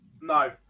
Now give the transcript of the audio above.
no